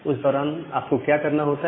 उस दौरान आपको क्या करना होता है